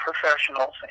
professionals